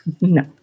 No